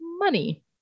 money